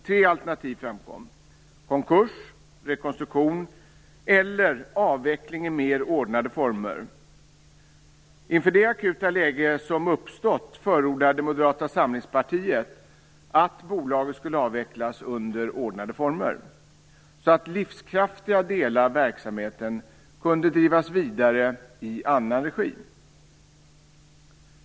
Tre alternativ framkom: konkurs, rekonstruktion eller avveckling i mer ordnade former. Inför det akuta läge som uppstått förordade Moderata samlingspartiet att bolaget skulle avvecklas under ordnade former, så att livskraftiga delar av verksamheten kunde drivas vidare i annan regi.